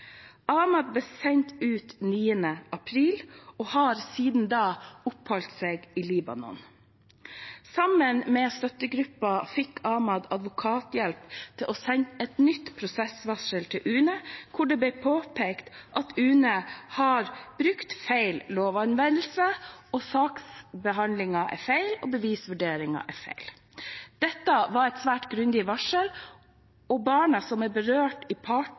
Ahmad ble sendt ut 9. april og har siden det oppholdt seg i Libanon. Sammen med støttegruppa fikk Ahmad advokathjelp til å sende et nytt prosessvarsel til UNE, hvor det ble påpekt at UNE har brukt feil lovanvendelse, og at både saksbehandlingen og bevisvurderingen er feil. Dette var et svært grundig varsel, og barna, som er berørte parter i